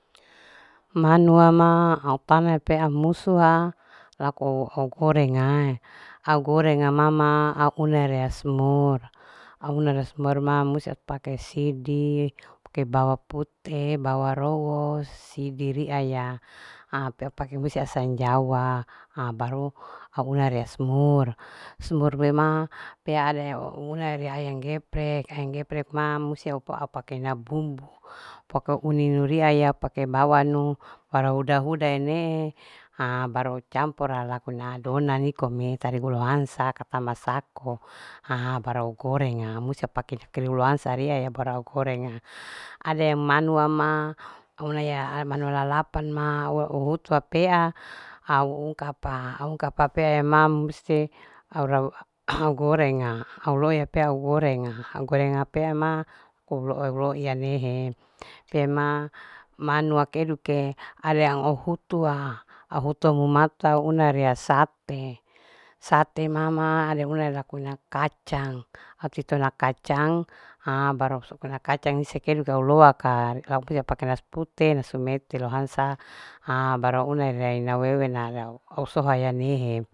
Manua ma au pana pea au musa'a laku au gorenga. au gorenga mama au unea rea semur, au unea rea semur ma musti aku pakesidi pake bawang pute, bawang rowo sidiria ya ha pea pake musti asam jawa ha baru au una rea semur, semur pe ma pea au una rea ayam geprek, ayam geprek ma musti au pa, au pake na bumbu pake uni nuriaya. pake bawanu para huda. huda ya ne'e ha baru au campura lakuna dona nikome tarigu lohansa kapa masako ha baru au goreng'a musti au pake keriu loansa riaya baru au gorenga. Ada yang manua ma anuaya manua lalapan ma au uhutu apea au ungkapa, au ungkap apea ma musti au gorenga au loiya pea au goreng'a au goreng ape au ma loi au loiya nehe pe ma manua keduke ada yang au hutua, au hutua mumata una rea, sate mama au una lakuna kacang au titona kacang ha baru sotona kacang nise kedu baru au loa kang au pi pake nasi pute nasu mete lohansa ha baru au una rea ina wewena rea au soha ya nehe.